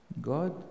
God